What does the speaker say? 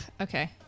okay